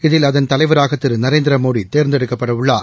இதில் அதன் தலைவராக திரு நரேந்திரமோடி தேர்ந்தெடுக்கப்படவுள்ளார்